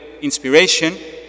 inspiration